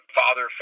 father